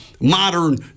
modern